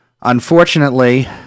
Unfortunately